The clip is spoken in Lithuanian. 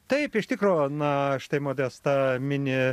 taip iš tikro na štai modesta mini